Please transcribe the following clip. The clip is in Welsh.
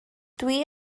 dwi